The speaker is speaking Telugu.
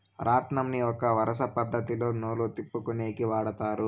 రాట్నంని ఒక వరుస పద్ధతిలో నూలు తిప్పుకొనేకి వాడతారు